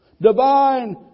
divine